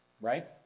right